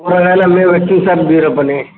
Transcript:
కూరగాయలు అమ్మే వ్యక్తిని సార్ బీరప్పని